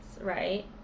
right